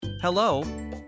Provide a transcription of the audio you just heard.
Hello